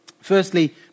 Firstly